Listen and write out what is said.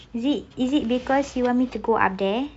is it is it because you want me to go up there